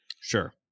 Sure